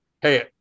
hey